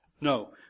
No